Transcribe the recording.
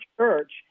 church